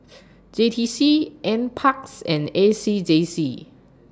J T C N Parks and A C J C